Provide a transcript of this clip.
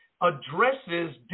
addresses